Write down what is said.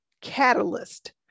catalyst